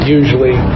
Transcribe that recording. usually